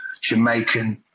Jamaican